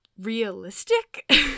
realistic